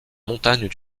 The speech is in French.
montagnes